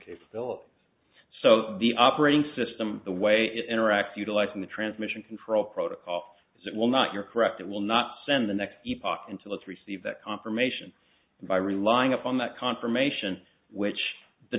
capability so the operating system the way it interacts utilizing the transmission control protocol it will not you're correct it will not send the next the poc until it's received that confirmation by relying upon that confirmation which the